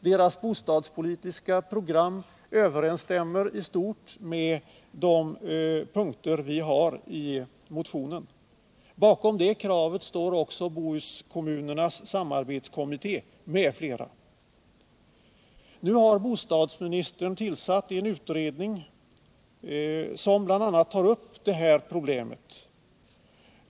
Dess bostadspolitiska program överensstämmer i stort med de punkter vi har i motionen. Bakom kravet stor också Bohuskommunernas samarbetskommitté m.fl. Nu har bostadsministern tillsatt en utredning som tar upp bl.a. det här problemet.